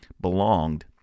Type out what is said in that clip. belonged